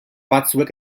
batzuek